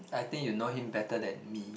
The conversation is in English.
I think you know him better than me